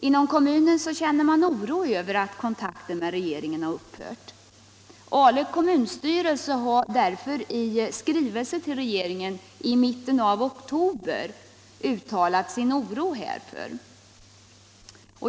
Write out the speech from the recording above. Inom kommunen känner man oro över att kontakten med regeringen har upphört. Ale kommunstyrelse har därför i en skrivelse till regeringen i mitten av oktober uttalat sin oro härför.